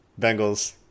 Bengals